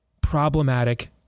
problematic